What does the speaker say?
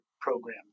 program